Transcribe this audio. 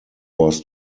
was